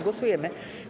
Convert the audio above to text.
Głosujemy.